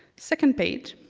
second page,